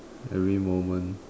every moment